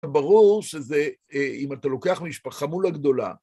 ברור שזה, אם אתה לוקח משפחה חמולה גדולה,